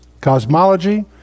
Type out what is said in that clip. cosmology